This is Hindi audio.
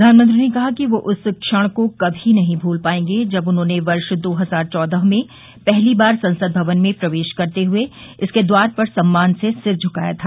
प्रधानमंत्री ने कहा कि वे उस क्षण को कमी नहीं भूल पाएंगे जब उन्होंने वर्ष दो हजार चौदह में पहली बार संसद भवन में प्रवेश करते हुए इसके द्वार पर सम्मान से सिर झुकाया था